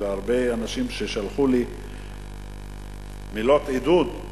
והרבה אנשים שלחו לי מילות עידוד,